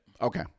Okay